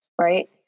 right